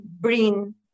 bring